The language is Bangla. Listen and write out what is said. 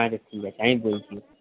আচ্ছা ঠিক আছে আমি বলছি